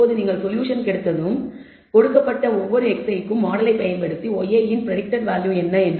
இப்போது நீங்கள் சொல்யூஷன் கிடைத்ததும் கொடுக்கப்பட்ட ஒவ்வொரு xi க்கும் மாடலை பயன்படுத்தி y இன் பிரடிக்டட் வேல்யூ என்ன